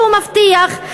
והוא מבטיח,